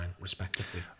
respectively